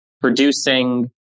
producing